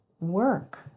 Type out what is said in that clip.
work